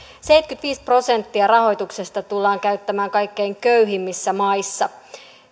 seitsemänkymmentäviisi prosenttia rahoituksesta tullaan käyttämään kaikkein köyhimmissä maissa